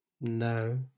No